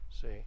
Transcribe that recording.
see